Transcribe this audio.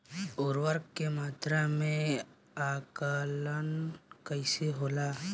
उर्वरक के मात्रा में आकलन कईसे होला?